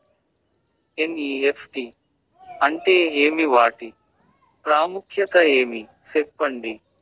NEFT అంటే ఏమి వాటి ప్రాముఖ్యత ఏమి? సెప్పండి?